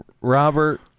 Robert